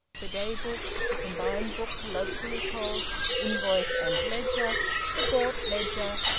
the daybook, the combined book colloquially called invoice and ledger the bought ledger,